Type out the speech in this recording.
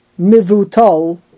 Mivutal